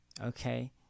Okay